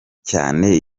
cyane